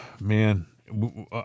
man